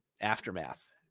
aftermath